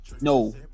No